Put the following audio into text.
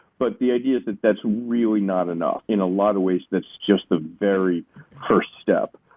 but the idea that that's really not enough. in a lot of ways that's just the very first step.